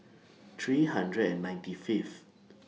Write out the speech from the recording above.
three hundred and ninety Fifth